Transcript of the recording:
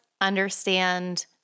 understand